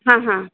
हां हां